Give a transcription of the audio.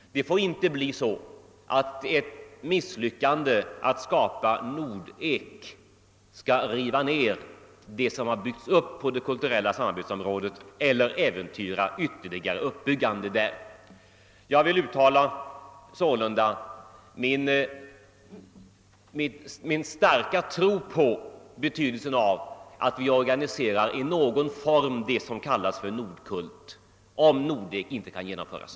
Ett misslyckande att skapa Nordek får inte betyda att. man. river ned vad som byggts på det kulturella samarbetsområdet eller äventyrar ett ytterligare uppbyggande. Jag vill sålunda uttala min starka tro på betydelsen av att vi i någon form organiserar det som kallas Nordkult, om Nordek inte kan genomföras.